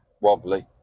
Wobbly